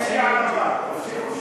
יאללה.